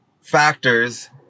factors